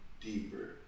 deeper